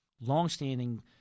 Longstanding